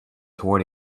toward